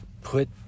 put